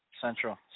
Central